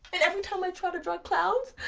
and every time i try to draw clouds,